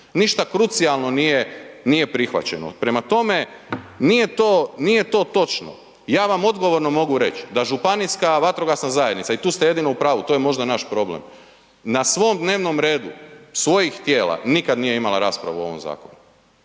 Ništa krucijalno nije prihvaćeno. Prema tome, nije to točno. Ja vam odgovorno mogu reći da županijska vatrogasna zajednica i tu ste jedino u pravu, to je možda naš problem, na svom dnevnom redu svojih tijela nikad nije imala raspravu o ovom zakonu.